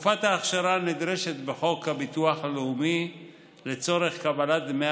תקופת האכשרה הנדרשת בחוק הביטוח הלאומי לצורך קבלת דמי